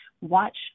watch